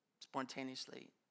spontaneously